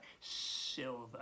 silver